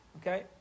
Okay